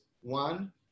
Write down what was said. One